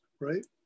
right